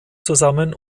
zusammen